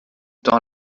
dans